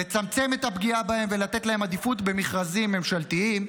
לצמצם את הפגיעה בהם ולתת להם עדיפות במכרזים ממשלתיים.